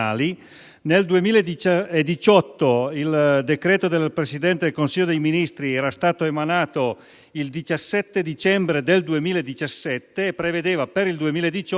Il decreto del Presidente del Consiglio dei ministri era stato emanato il 17 dicembre del 2017 e prevedeva, per il 2018,